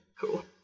Cool